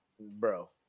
Bro